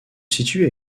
situe